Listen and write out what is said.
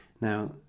Now